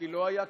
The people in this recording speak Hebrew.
כי לא היה קשר.